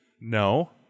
No